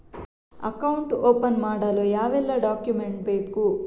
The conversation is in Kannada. ಅಕೌಂಟ್ ಓಪನ್ ಮಾಡಲು ಯಾವೆಲ್ಲ ಡಾಕ್ಯುಮೆಂಟ್ ಬೇಕು?